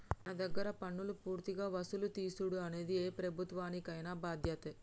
మన దగ్గర పన్నులు పూర్తిగా వసులు తీసుడు అనేది ఏ ప్రభుత్వానికైన బాధ్యతే